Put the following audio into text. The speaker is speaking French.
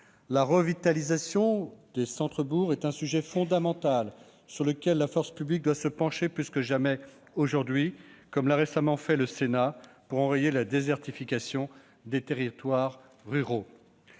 La revitalisation des centres-bourgs est un sujet fondamental sur lequel la puissance publique doit se pencher plus que jamais aujourd'hui, comme le Sénat l'a récemment fait pour enrayer la désertification des territoires ruraux.